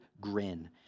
grin